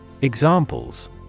Examples